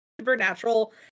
Supernatural